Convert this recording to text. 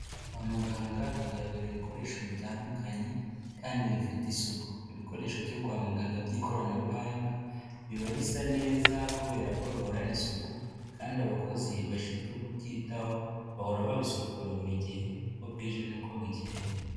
Kwa muganga hagaragara ibikoresho bitandukanye kandi bifite isuku, ibikoresho byo kwa muganga by'ikoranabuhanga, biba bisa neza kubera ko bihorana isuku kandi abakozi bashinzwe kubyitaho, bahora babisukura buri gihe uko bwije n'uko bukeye.